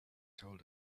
told